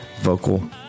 Vocal